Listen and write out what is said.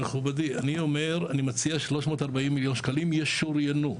אני מציע 340 מיליון שקלים ישוריינו,